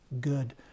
good